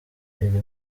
irimo